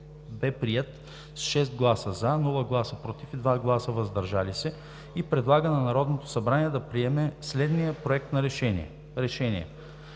бе приет с 6 гласа „за“, без „против“ и 2 гласа „въздържал се“ и предлага на Народното събрание да приеме следния Проект на решение: